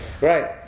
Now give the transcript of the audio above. Right